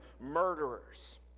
murderers